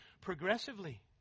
progressively